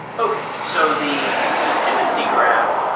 okay. so the dependency graph,